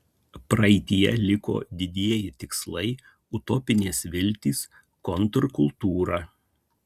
praeityje liko didieji tikslai utopinės viltys kontrkultūra